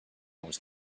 wars